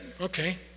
okay